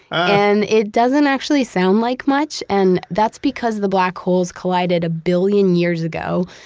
and it doesn't actually sound like much, and that's because the black holes collided a billion years ago.